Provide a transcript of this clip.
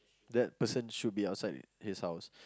that person should be outside his house